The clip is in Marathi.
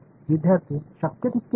विद्यार्थीः शक्य तितके मोठे